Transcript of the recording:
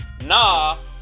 nah